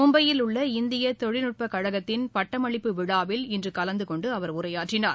மும்பையில் உள்ள இந்திய தொழில்நுட்ப கழகத்தின் பட்டமளிப்பு விழாவில் இன்று கலந்து கொண்டு அவர் உரையாற்றினார்